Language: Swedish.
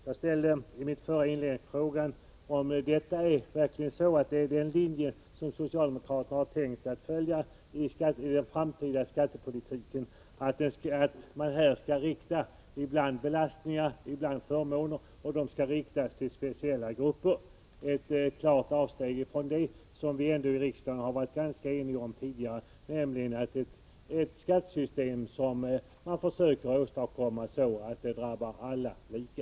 Jag ställde i mitt förra inlägg frågan om det verkligen är den linje som socialdemokraterna har tänkt följa i den framtida skattepolitiken att man skall införa ibland belastningar och ibland förmåner och att de skall riktas till speciella grupper. Det är ett klart avsteg från det som vi ändå varit ganska eniga om i riksdagen tidigare, nämligen att man skall försöka åstadkomma ett skattesystem där alla behandlas lika.